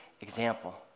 example